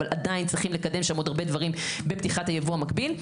אבל עדיין צריכים לקדם שם עוד הרבה דברים בפתיחת היבוא המקביל.